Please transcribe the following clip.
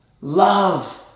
love